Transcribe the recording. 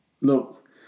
look